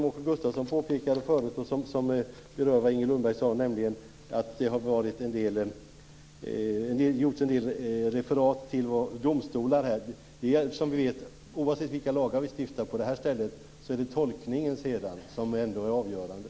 Åke Gustavsson påpekade något som berörde det som Inger Lundberg sade, nämligen att det har gjorts en del referat till domstolar här. Men som vi vet är det tolkningen av lagstiftningen som är avgörande, oavsett vilka lagar vi stiftar här.